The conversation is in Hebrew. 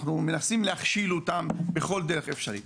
מנסים להכשיל אותם בכל דרך אפשרית.